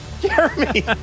Jeremy